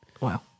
Wow